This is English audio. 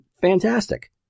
fantastic